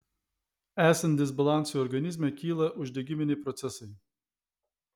esant disbalansui organizme kyla uždegiminiai procesai